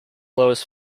lowest